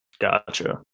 Gotcha